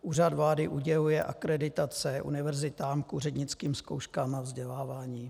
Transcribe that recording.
Úřad vlády uděluje akreditace univerzitám k úřednickým zkouškám a vzdělávání.